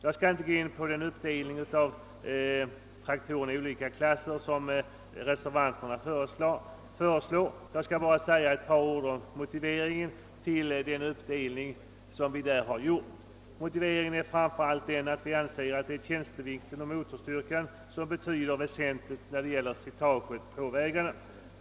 Jag skall inte gå in på den uppdelning av traktorer i olika klasser som reservanterna föreslår men säga några ord om motiveringen för den uppdelning vi där har gjort. Framför allt anser vi att tjänstevikten och motorstyrkan är av väsentlig betydelse för slitaget på vägarna.